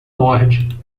morde